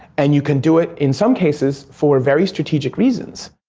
and you can do it, in some cases, for very strategic reasons.